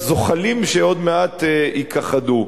זוחלים שעוד מעט ייכחדו.